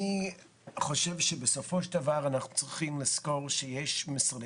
אני חושב שבסופו של דבר אנחנו צריכים לזכור שיש משרדי